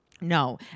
no